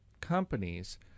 companies